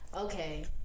okay